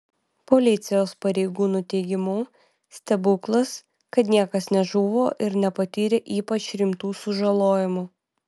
policijos pareigūnų teigimu stebuklas kad niekas nežuvo ir nepatyrė ypač rimtų sužalojimų